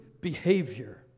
behavior